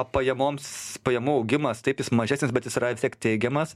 pajamoms pajamų augimas taip jis mažesnis bet jis yra vis tiek teigiamas